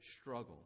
struggle